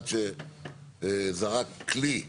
אחד שזרק כלי מזכוכית,